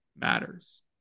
matters